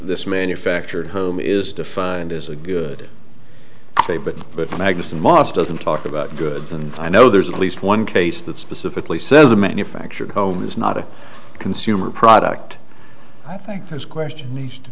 this manufactured home is defined as a good day but but magnussen mosque doesn't talk about goods and i know there's at least one case that specifically says a manufactured home is not a consumer product i think his question needs to